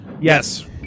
Yes